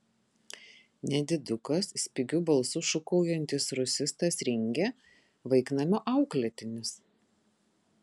nedidukas spigiu balsu šūkaujantis rusistas ringė vaiknamio auklėtinis